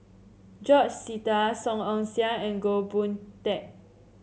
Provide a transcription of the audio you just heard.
George Sita Song Ong Siang and Goh Boon Teck